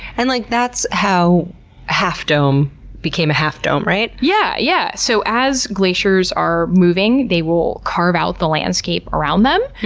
and like, that's how half dome became a half dome, right? yeah. yeah so as glaciers are moving, they will carve out the landscape around them,